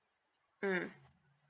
mm